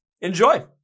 enjoy